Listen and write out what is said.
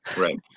Right